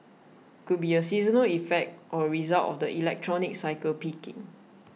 could be a seasonal effect or a result of the electronics cycle peaking